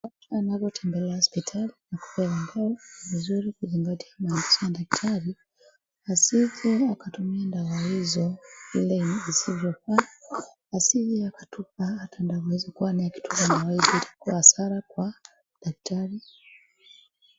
Mgojwa anapotembelea hospitali na kupewa dawa ni vizuri kuzingatia maagizo ya daktari asije akatumia dawa hizo vile visivyofaa, asije akatupa ata dawa hizo kwani akitupa dawa hizo itakuwa hasara kwa daktari.